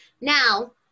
now